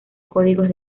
códigos